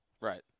Right